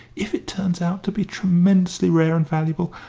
if it turns out to be tremendously rare and valuable!